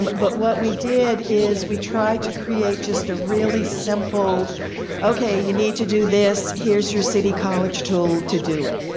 but but we did is we try to create just a really simple okay, you need to do this. here is your city college tool to do it.